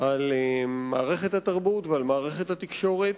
על מערכת התרבות ועל מערכת התקשורת.